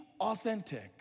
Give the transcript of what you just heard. authentic